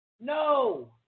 No